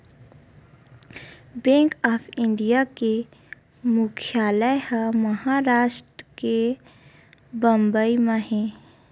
bank of India के मुख्यालय ह महारास्ट के बंबई म हे